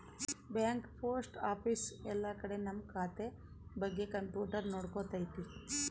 bank post office ಎಲ್ಲ ಕಡೆ ನಮ್ ಖಾತೆ ಬಗ್ಗೆ ಕಂಪ್ಯೂಟರ್ ನೋಡ್ಕೊತೈತಿ